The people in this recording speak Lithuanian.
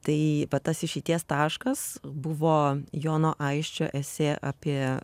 tai tas išeities taškas buvo jono aisčio esė apie